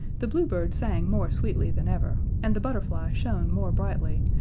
the blue bird sang more sweetly than ever, and the butterfly shone more brightly,